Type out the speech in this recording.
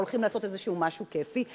הולכים לעשות איזה משהו כיפי.